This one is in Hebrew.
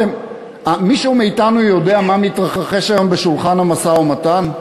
מישהו מאתנו יודע מה מתרחש היום בשולחן המשא-ומתן?